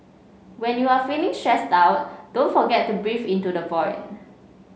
when you are feeling stressed out don't forget to breathe into the void